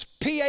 PA